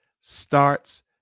starts